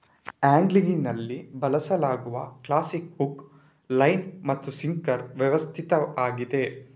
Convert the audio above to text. ಆಂಗ್ಲಿಂಗಿನಲ್ಲಿ ಬಳಸಲಾಗುವ classic hook, line ಮತ್ತು sinker ವ್ಯವಸ್ಥೆಯಾಗಿದೆ